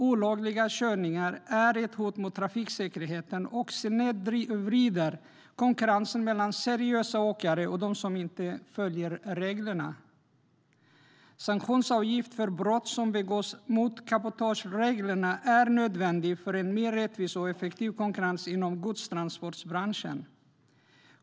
Olagliga körningar är ett hot mot trafiksäkerheten och snedvrider konkurrensen mellan seriösa åkare och dem som inte följer reglerna. Sanktionsavgift för brott som begås mot cabotagereglerna är nödvändig för en mer rättvis och effektiv konkurrens inom godstransportbranschen.